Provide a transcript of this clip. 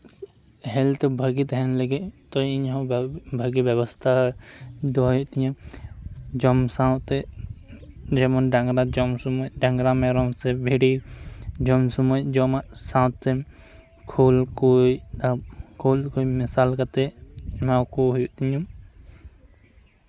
health ᱵᱷᱟᱹᱜᱤ ᱛᱟᱦᱮᱱ ᱞᱟᱹᱜᱤᱫ ᱛᱚ ᱤᱧᱦᱚᱸ ᱵᱷᱟᱹᱜᱤ ᱵᱷᱟᱹᱜᱤ ᱵᱮᱵᱚᱥᱛᱷᱟ ᱫᱚᱦᱚᱭ ᱦᱩᱭᱩᱜ ᱛᱤᱧᱟ ᱡᱚᱢ ᱥᱟᱶᱛᱮ ᱡᱮᱢᱚᱱ ᱰᱟᱝᱨᱟ ᱡᱚᱢ ᱥᱚᱢᱚᱭ ᱰᱟᱝᱨᱟ ᱢᱮᱨᱚᱢ ᱥᱮ ᱵᱷᱤᱰᱤ ᱡᱚᱢ ᱥᱚᱢᱚᱭ ᱡᱚᱢᱟᱜ ᱥᱟᱶᱛᱮ ᱠᱷᱳᱞ ᱠᱩᱡ ᱠᱷᱳᱞ ᱠᱚᱧ ᱢᱮᱥᱟᱞ ᱠᱟᱛᱮᱜ ᱮᱢᱟᱣ ᱠᱚ ᱦᱩᱭᱩᱜ ᱛᱤᱧᱟᱹ